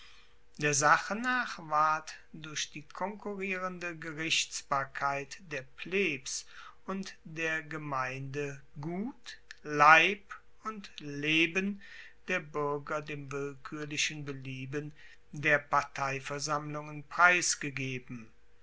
der sache nach ward durch die konkurrierende gerichtsbarkeit der plebs und der gemeinde gut leib und leben der buerger dem willkuerlichen belieben der parteiversammlungen preisgegeben